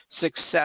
success